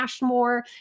more